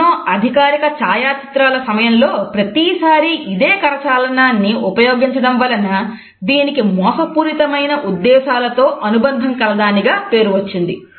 ఎన్నో అధికారిక ఛాయా చిత్రాల సమయంలో ప్రతిసారీ ఇదే కరచాలనాన్ని ఉపయోగించడం వలన దీనికి మోసపూరితమైన ఉద్దేశాలతో అనుబంధం కలదానిగా పేరు వచ్చింది